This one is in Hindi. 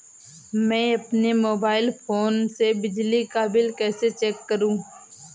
मैं अपने मोबाइल फोन से बिजली का बिल कैसे चेक करूं?